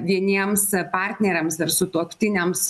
vieniems partneriams ir sutuoktiniams